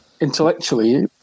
intellectually